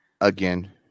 Again